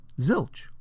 Zilch